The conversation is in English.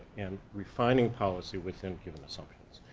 and we're finding policy within given assumptions.